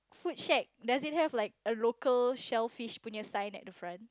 food shack does it have like a local shellfish put in a side at front